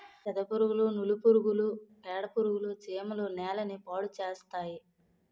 సెదపురుగులు నూలు పురుగులు పేడపురుగులు చీమలు నేలని పాడుచేస్తాయి